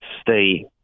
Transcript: stay